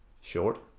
short